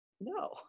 No